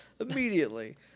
Immediately